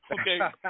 Okay